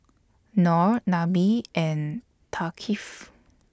Noh Nabil and Thaqif